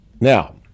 now